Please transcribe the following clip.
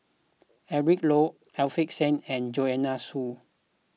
Eric Low Alfian Sa'At and Joanne Soo